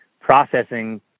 processing